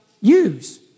use